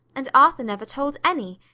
and arthur never told any,